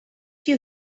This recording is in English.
you